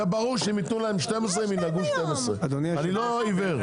ברור שאם ייתנו להם 12, ינהגו 12. אני לא עיוור.